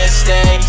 stay